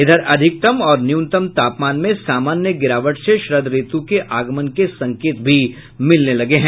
इधर अधिकतम और न्यूनतम तापमान में सामान्य गिरावट से शरद ऋतु के आगमन के संकेत भी मिलने लगे है